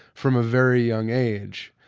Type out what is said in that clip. from a very young age.